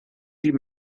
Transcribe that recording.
sie